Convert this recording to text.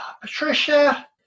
Patricia